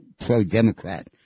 pro-Democrat